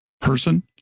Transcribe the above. person